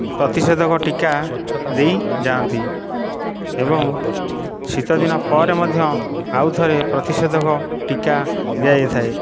ପ୍ରତିଷେଧକ ଟୀକା ଦେଇ ଯାଆନ୍ତି ଏବଂ ଶୀତଦିନ ପରେ ମଧ୍ୟ ଆଉଥରେ ପ୍ରତିଷେଧକ ଟୀକା ଦିଆଯାଇଥାଏ